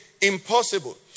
impossible